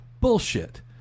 bullshit